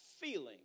feeling